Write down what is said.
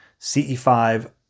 CE5